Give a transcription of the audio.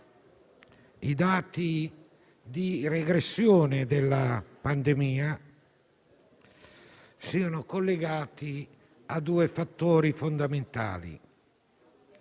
i dati di regressione della pandemia sono collegati a due fattori fondamentali: